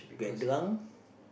get drunk